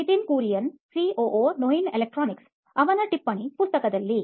Nitin Kurian COO ನೋಯಿನ್ electronics ಅವನ ಟಿಪ್ಪಣಿ ಪುಸ್ತಕದಲ್ಲಿ